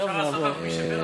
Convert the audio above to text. אפשר לעשות "מי שבירך".